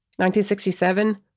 1967